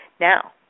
Now